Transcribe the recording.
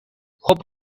خوب